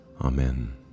Amen